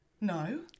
No